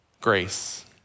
grace